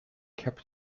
kept